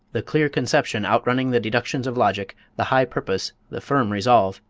the clear conception outrunning the deductions of logic, the high purpose, the firm resolve,